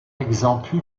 exemple